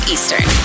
Eastern